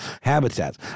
habitats